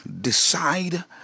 decide